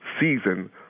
season